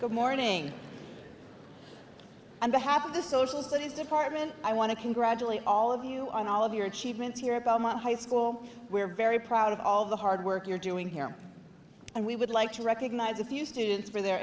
good morning and the half of the social studies department i want to congratulate all of you on all of your achievements here about my high school we're very proud of all the hard work you're doing here and we would like to recognize a few students for their